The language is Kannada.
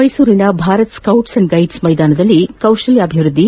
ಮೈಸೂರಿನ ಭಾರತ್ ಸೌಟ್ಸ್ ಅಂಡ್ ಗೈಡ್ಸ್ ಮೈದಾನದಲ್ಲಿ ಕೌಶಲ್ಲಾಭಿವೃದ್ದಿ